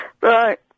Right